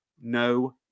no